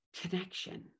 connection